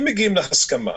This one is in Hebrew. מגיעים להסכמה,